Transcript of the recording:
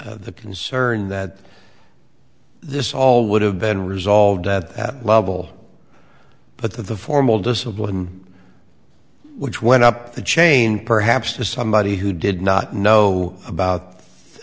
the concern that this all would have been resolved that level but the formal discipline which went up the chain perhaps to somebody who did not know about